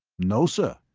no, sir.